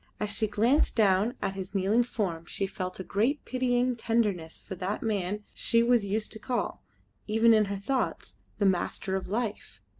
as she glanced down at his kneeling form she felt a great pitying tenderness for that man she was used to call even in her thoughts the master of life.